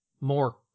more